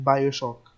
Bioshock